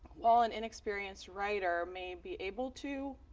while an inexperienced writer may be able to